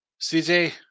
CJ